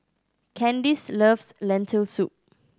Candyce loves Lentil Soup